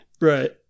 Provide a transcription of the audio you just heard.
right